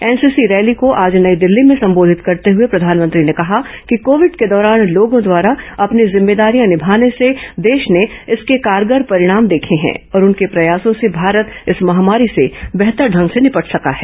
NCC rally को आज नई दिल्ली में संबोधित करते हुए प्रधानमंत्री ने कहा कि कोविड के दौरान लोगों द्वारा अपनी जिम्मेदारियां निभाने से देश ने इसके कारगर परिणाम देखें हैं और उनके प्रयासों से भारत इस महामारी से बेहतर ढंग से निपट सका है